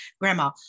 grandma